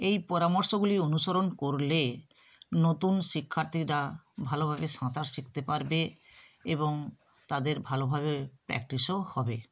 এই পরামর্শগুলি অনুসরণ করলে নতুন শিক্ষার্থীরা ভালোভাবে সাঁতার শিখতে পারবে এবং তাদের ভালোভাবে প্র্যাকটিসও হবে